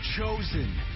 Chosen